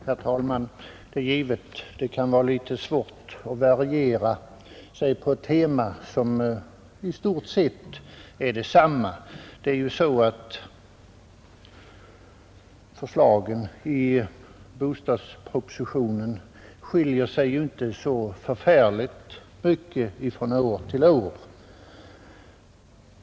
Herr talman! Det är givet att det kan vara svårt att variera ett tema som i stort sett är detsamma. Förslagen i bostadspropositionen skiljer sig ju inte särskilt mycket från år till år.